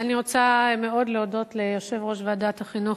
אני רוצה מאוד להודות ליושב-ראש ועדת החינוך,